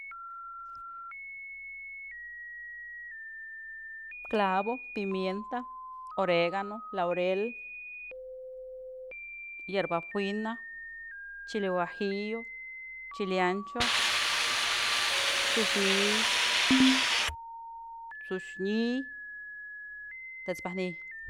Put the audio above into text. Clavo, pimienta, oregano, kaurel, yerba fina, chile guajillo, chile ancho, t'sux ni'iy, t'syuy ni''y, tët's pajë ni'iy.